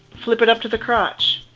flip it up to the crotch.